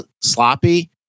sloppy